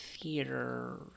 theater